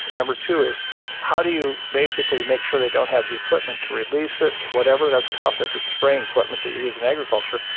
number two is how do you basically make sure they don't have the equipment to release it? whatever, that's tough if it's spraying equipment that you use in agriculture.